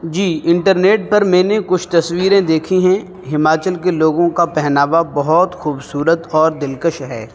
جی internet پر میں نے کچھ تصویریں دیکھی ہیں ہماچل کے لوگوں کا پہناوا بہت خوبصورت اور دلکش ہے